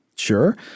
Sure